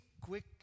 quick